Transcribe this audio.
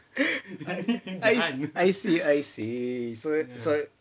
I see I see so so